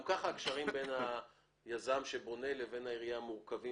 גם ככה הקשרים בין היזם שבונה ובין העירייה מורכבים